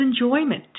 enjoyment